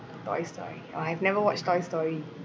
toy story orh I've never watched toy story